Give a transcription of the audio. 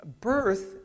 birth